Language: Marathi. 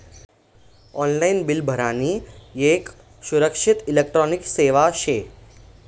ऑनलाईन बिल भरानी येक सुरक्षित इलेक्ट्रॉनिक सेवा शे